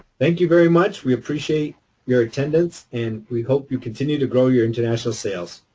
thank you very much. we appreciate your attendance. and we hope you continue to grow your international sales.